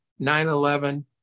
9-11